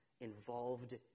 involved